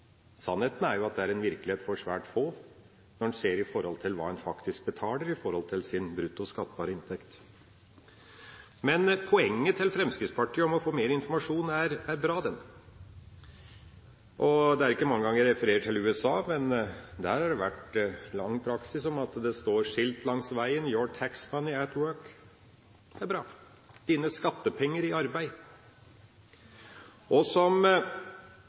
svært få, når en ser på hva en faktisk betaler i forhold til sin brutto skattbare inntekt. Poenget til Fremskrittspartiet om å få mer informasjon er bra. Det er ikke mange ganger jeg refererer til USA, men der har det vært lang praksis for at det står skilt langs veien med teksten «Your tax money at work». Det er bra – dine skattepenger i arbeid. Som